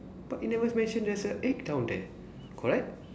but it never mention there's an egg down there correct